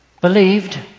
believed